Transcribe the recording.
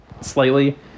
slightly